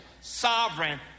sovereign